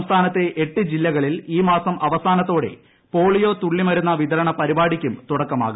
സംസ്ഥാനത്തെ എട്ട് ജില്ലകളിൽ ഈ മാസം അവസാനത്തോടെ പോളിയോ തുള്ളി മരുന്ന് വിതരണ പരിപാടിക്കും തുടക്കമാവും